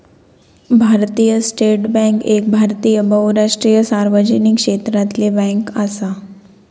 भारतीय State Bank एक भारतीय बहुराष्ट्रीय सार्वजनिक क्षेत्रातली बॅन्क असा